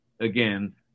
again